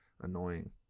annoying